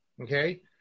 Okay